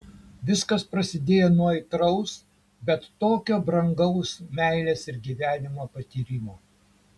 viskas prasidėjo nuo aitraus bet tokio brangaus meilės ir gyvenimo patyrimo